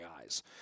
eyes